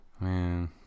Man